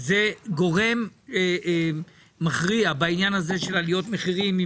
זה גורם מכריע בעניין של עליות מחירים,